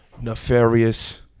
nefarious